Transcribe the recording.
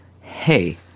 hey